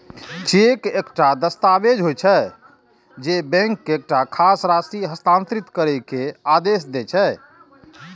cheque एकटा दस्तावेज होइ छै, जे बैंक के एकटा खास राशि हस्तांतरित करै के आदेश दै छै